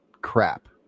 crap